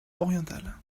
orientale